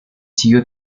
sigue